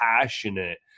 passionate